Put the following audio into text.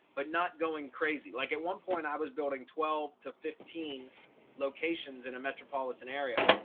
but not going crazy. like at one point, i was building twelve to fifteen locations in a metropolitan area.